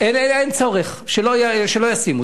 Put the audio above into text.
אין צורך, שלא ישימו.